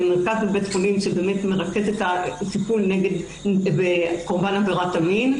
מרכז בבית חולים שמרכז את הטיפול בקורבן עבירת המין,